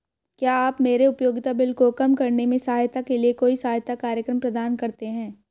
क्या आप मेरे उपयोगिता बिल को कम करने में सहायता के लिए कोई सहायता कार्यक्रम प्रदान करते हैं?